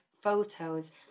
photos